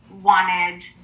wanted